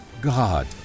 God